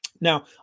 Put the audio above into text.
Now